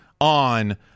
on